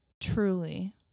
Truly